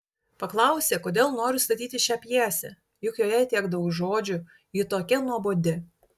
paklausė kodėl noriu statyti šią pjesę juk joje tiek daug žodžių ji tokia nuobodi